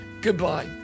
Goodbye